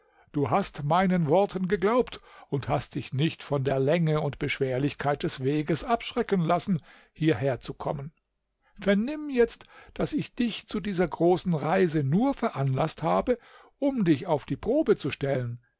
du hast meinen worten geglaubt und hast dich nicht von der länge und beschwerlichkeit des weges abschrecken lassen hierher zu kommen vernimm jetzt daß ich dich zu dieser großen reise nur veranlaßt habe um dich auf die probe zu stellen